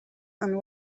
and